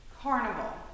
Carnival